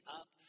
up